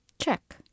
Check